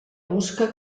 busca